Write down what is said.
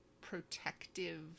protective